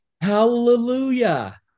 Hallelujah